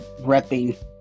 repping